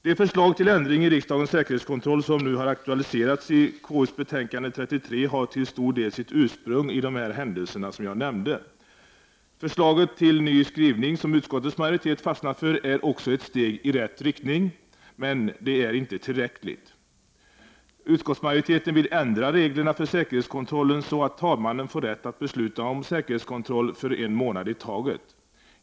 Det förslag till ändring i riksdagens säkerhetskontroll som nu har aktualiserats i KU:s betänkande 33 har till stor del sitt ursprung i de båda händelser jag nämnde. Förslaget till ny skrivning, som utskottets majoritet fastnat för, är också ett steg i rätt riktning, men det är inte tillräckligt. mannen får rätt att besluta om säkerhetskontroll för en månad i taget.